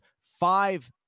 five